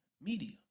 media